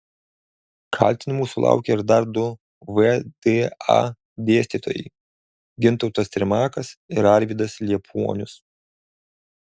kaltinimų sulaukė ir dar du vda dėstytojai gintautas trimakas ir arvydas liepuonius